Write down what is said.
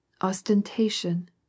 ostentation